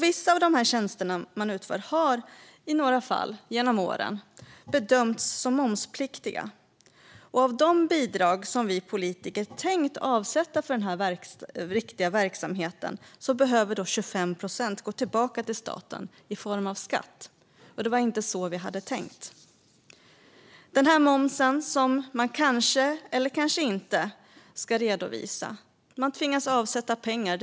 Vissa av de tjänster man utför har i några fall genom åren bedömts som momspliktiga. Av de bidrag som vi politiker tänkt avsätta för den riktiga verksamheten behöver då 25 procent gå tillbaka till staten i form av skatt. Det var inte så vi hade tänkt. Den här momsen som man kanske eller kanske inte ska redovisa tvingas man avsätta pengar för.